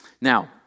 Now